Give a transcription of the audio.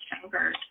younger